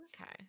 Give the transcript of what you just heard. Okay